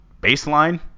baseline